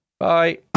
Bye